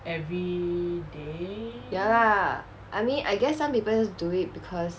ya lah I mean I guess some people just do it because